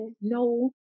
no